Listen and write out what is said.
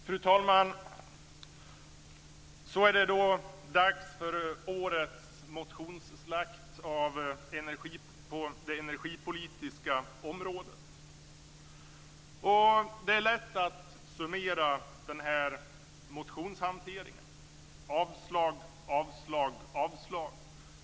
Fru talman! Så är det dags för årets motionsslakt på det energipolitiska området. Det är lätt att summera denna motionshantering: avslag, avslag, avslag.